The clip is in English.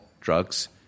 drugs